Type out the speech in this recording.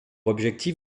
objectif